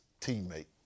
teammate